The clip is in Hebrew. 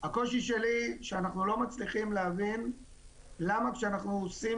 הקושי שלי שאנחנו לא מצליחים להבין למה כשאנחנו עושים